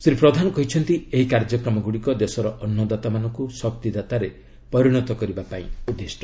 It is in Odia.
ଶ୍ରୀ ପ୍ରଧାନ କହିଛନ୍ତି ଏହି କାର୍ଯ୍ୟକ୍ରମଗୁଡ଼ିକ ଦେଶର ଅନ୍ନଦାତାମାନଙ୍କୁ ଶକ୍ତିଦାତାରେ ପରିଣତ କରିବା ପାଇଁ ଉଦ୍ଦିଷ୍ଟ